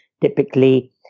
typically